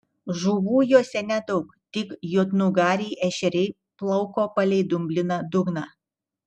žuvų juose nedaug tik juodnugariai ešeriai plauko palei dumbliną dugną